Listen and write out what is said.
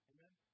Amen